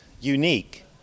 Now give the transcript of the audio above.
unique